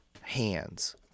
hands